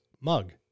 mug